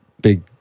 big